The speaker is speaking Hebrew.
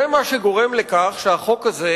זה מה שגורם לכך שהחוק הזה,